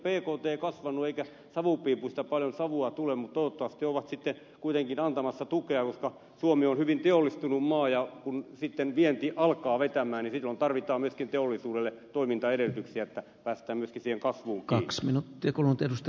nyt ei ole bkt kasvanut eikä savupiipuista paljon savua tule mutta toivottavasti ovat sitten kuitenkin antamassa tukea koska suomi on hyvin teollistunut maa ja kun sitten vienti alkaa vetää niin silloin tarvitaan myöskin teollisuudelle toimintaedellytyksiä että päästään myöskin siihen kasvuun kiinni